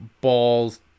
balls